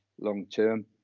long-term